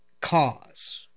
cause